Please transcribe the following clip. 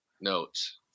notes